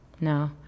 No